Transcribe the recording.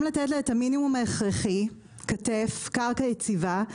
לתת לה קרקע יציבה,